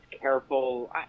careful